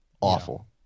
awful